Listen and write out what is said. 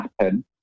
happen